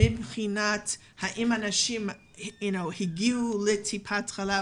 לגבי השאלה האם אנשים הגיעו לטיפת חלב